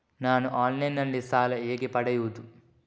ನಾನು ಆನ್ಲೈನ್ನಲ್ಲಿ ಸಾಲ ಹೇಗೆ ಪಡೆಯುವುದು?